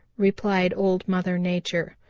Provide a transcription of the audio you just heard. replied old mother nature.